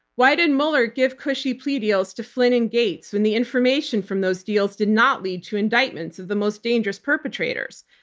why did mueller give cushy plea deals to flynn and gates when the information from those deals did not lead to indictments of the most dangerous perpetrators?